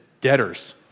debtors